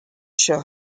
show